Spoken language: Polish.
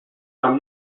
mam